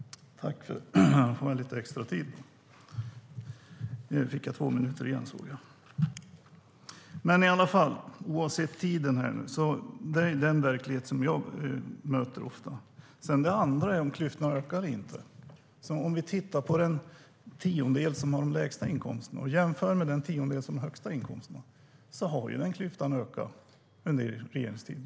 När vi jämför den tiondel som har de lägsta inkomsterna med den tiondel som har de högsta inkomsterna kan vi se att klyftan har ökat under er regeringstid.